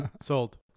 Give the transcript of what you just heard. Sold